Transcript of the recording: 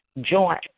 joint